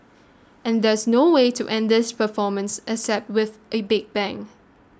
and there's no way to end this performance except with a big bang